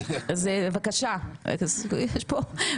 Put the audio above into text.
עו"ד ואאיל.